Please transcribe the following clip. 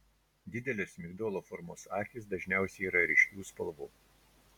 didelės migdolo formos akys dažniausiai yra ryškių spalvų